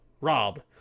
Rob